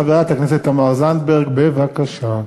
חברת הכנסת תמר זנדברג, בבקשה.